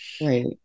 right